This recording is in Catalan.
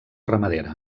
ramadera